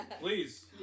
please